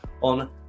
on